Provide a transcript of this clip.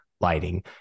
lighting